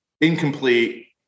incomplete